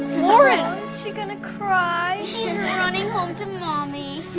lauren. is she gonna cry? she's running home to mommy.